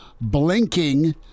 blinking